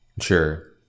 Sure